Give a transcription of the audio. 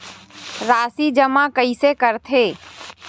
राशि जमा कइसे करथे?